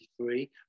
1993